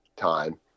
time